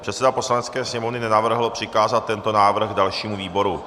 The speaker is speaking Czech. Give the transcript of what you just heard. Předseda Poslanecké sněmovny nenavrhl přikázat tento návrh dalšímu výboru.